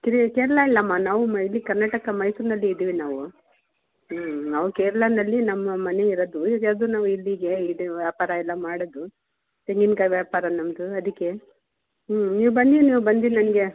ಕ್ರೆ ಕೇರ್ಳ ಇಲ್ಲಮ್ಮ ನಾವು ಮ ಇಲ್ಲಿ ಕರ್ನಾಟಕ ಮೈಸೂರಿನಲ್ಲಿ ಇದ್ದೀವಿ ನಾವು ಹ್ಞೂ ನಾವು ಕೇರಳನಲ್ಲಿ ನಮ್ಮ ಮನೆಯಿರದು ಇದು ಯಾವುದು ನಾವು ಇಲ್ಲಿಗೆ ಇದೆ ವ್ಯಾಪಾರ ಎಲ್ಲ ಮಾಡೋದು ತೆಂಗಿನ ಕಾಯಿ ವ್ಯಾಪಾರ ನಮ್ಮದು ಅದಿಕ್ಕೆ ಹ್ಞೂ ನೀವು ಬನ್ನಿ ನೀವು ಬಂದಿ ನನಗೆ